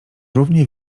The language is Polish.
równie